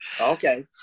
Okay